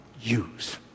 use